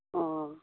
ꯑꯣ